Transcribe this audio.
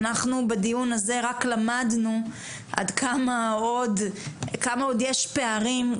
אנחנו בדיון הזה רק למדנו עד כמה עוד יש פערים,